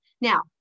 Now